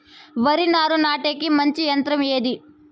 వరి నారు నాటేకి మంచి యంత్రం ఏది?